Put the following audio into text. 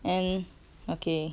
and okay